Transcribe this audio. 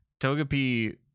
Togepi